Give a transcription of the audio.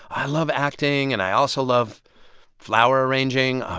i love acting and i also love flower arranging,